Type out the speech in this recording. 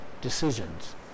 decisions